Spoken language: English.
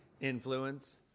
influence